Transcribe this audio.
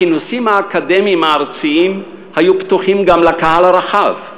הכינוסים האקדמיים הארציים היו פתוחים גם לקהל הרחב,